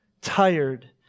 tired